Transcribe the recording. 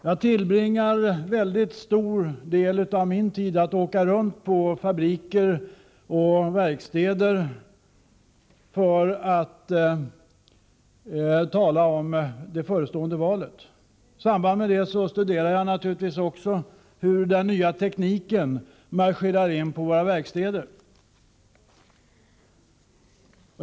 Jag tillbringar en mycket stor del av min tid med att åka runt på fabriker och verkstäder för att tala om det förestående valet. I samband med det studerar jag naturligtvis också hur den nya tekniken marscherar in på våra verkstäder.